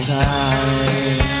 time